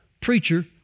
preacher